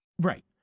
Right